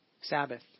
Sabbath